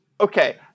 Okay